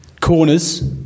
Corners